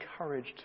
encouraged